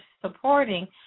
supporting